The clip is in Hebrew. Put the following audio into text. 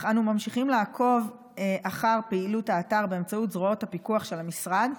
אך אנו ממשיכים לעקוב אחר פעילות האתר באמצעות זרועות הפיקוח של המשרד,